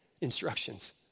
instructions